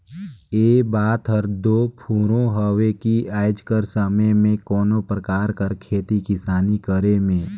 ए बात हर दो फुरों हवे कि आएज कर समे में कोनो परकार कर खेती किसानी करे में